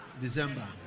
December